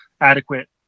adequate